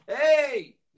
Hey